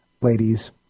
ladies